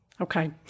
Okay